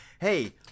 hey